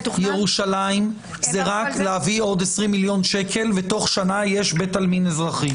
בירושלים זה רק להביא עוד 20 מיליון שקל ותוך שנה יש בית עלמין אזרחי.